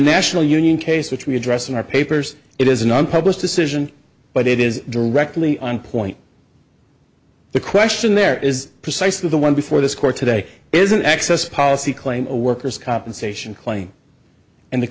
national union case which we address in our papers it is an unpublished decision but it is directly on point the question there is precisely the one before this court today is an access policy claim a worker's compensation claim and the